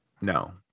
No